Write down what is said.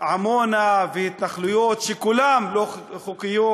עמונה והתנחלויות, שכולן לא חוקיות,